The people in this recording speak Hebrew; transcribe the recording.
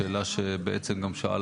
שאלה שבעצם גם שאל,